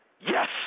Yes